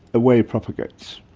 the wave propagates.